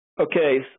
Okay